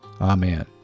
Amen